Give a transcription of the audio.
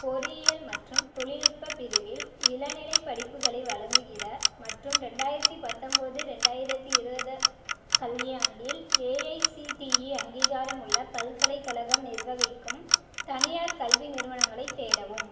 பொறியியல் மற்றும் தொழில்நுட்ப பிரிவில் இளநிலைப் படிப்புகளை வழங்குகிற மற்றும் ரெண்டாயிரத்து பத்தோம்போது ரெண்டாயிரத்து இருபது கல்வியாண்டில் ஏஐசிடிஇ அங்கீகாரமுள்ள பல்கலைக்கழகம் நிர்வகிக்கும் தனியார் கல்வி நிறுவனங்களைத் தேடவும்